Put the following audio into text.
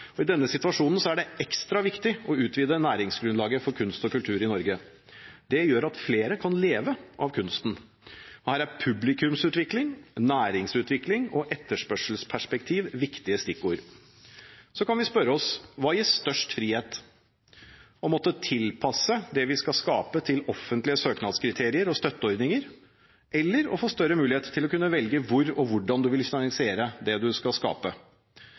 I denne situasjonen er det ekstra viktig å utvide næringsgrunnlaget for kunst og kultur i Norge. Det gjør at flere kan leve av kunsten. Her er publikumsutvikling, næringsutvikling og etterspørselsperspektiv viktige stikkord. Så kan vi spørre oss: Hva gir størst frihet – å måtte tilpasse det man skal skape til offentlige søknadskriterier og støtterordninger, eller å få større mulighet til å kunne velge hvor og hvordan man vil finansiere det man skal skape? Jeg er ganske sikker på at private midler kommer til å skape